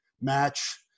match